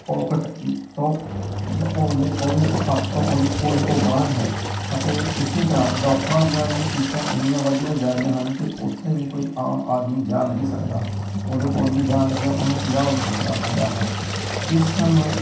pocket ਤੋਂ ਉਹਦੇ ਉਹਦੇ ਹੱਥ ਤੋਂ ਉਹਦੀ ਪਹੁੰਚ ਤੋਂ ਬਾਹਰ ਹੈ ਅਤੇ ਇਸੇ ਤਰ੍ਹਾਂ ਡਾਕਟਰਾਂ ਦੀਆਂ ਵੀ ਫੀਸਾਂ ਇੰਨੀਆਂ ਵੱਧਦੀਆਂ ਜਾ ਰਹੀਆਂ ਹਨ ਕਿ ਉੱਥੇ ਵੀ ਕੋਈ ਆਮ ਆਦਮੀ ਜਾ ਨਹੀਂ ਸਕਦਾ ਉਹਦੇ ਕੋਲ ਵੀ ਜਾਣ ਲੱਗਿਆਂ ਉਹਨੂੰ ਪੰਜਾਹ ਵਾਰੀ ਸੋਚਣਾ ਪੈਂਦਾ ਹੈ ਇਸ ਨੂੰ